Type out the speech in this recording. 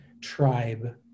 tribe